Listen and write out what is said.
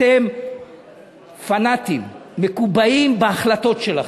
אתם פנאטים, מקובעים בהחלטות שלכם.